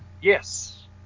Yes